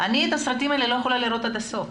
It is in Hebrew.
את הסרטים האלה אני לא יכולה לראות עד הסוף.